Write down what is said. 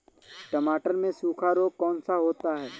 टमाटर में सूखा रोग कौन सा होता है?